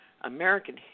American